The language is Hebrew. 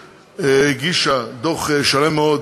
שהגישה דוח שלם מאוד